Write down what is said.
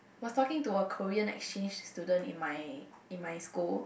was talking to a Korean exchange student in my in my school